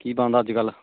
ਕੀ ਬਣਦਾ ਅੱਜ ਕੱਲ੍ਹ